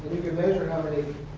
you can measure how many